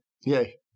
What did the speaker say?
Yay